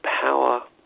power